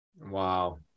Wow